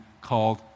called